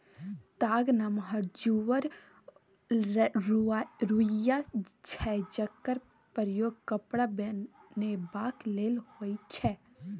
ताग नमहर जुरल रुइया छै जकर प्रयोग कपड़ा बनेबाक लेल होइ छै